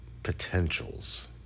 potentials